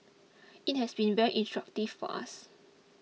it has been very instructive for us